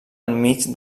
enmig